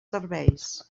serveis